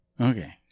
Okay